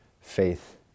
faith